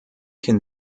can